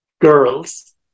Girls